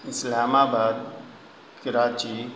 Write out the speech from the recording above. اسلام آباد کراچی